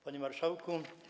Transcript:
Panie Marszałku!